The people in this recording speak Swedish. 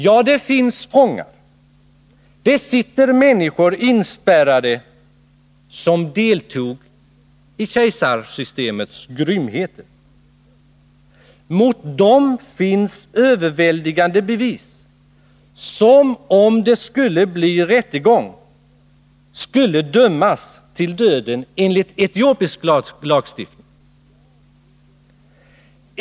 Ja, det finns fångar. Människor som deltog i kejsarsystemets grymheter sitter inspärrade. Mot dem finns överväldigande bevis. Om det blev rättegång, skulle de dömas till döden enligt etiopisk lagstiftning.